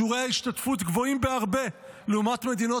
שיעורי ההשתתפות גבוהים בהרבה לעומת מדינות